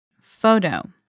Photo